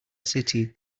city